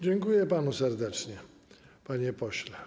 Dziękuję panu serdecznie, panie pośle.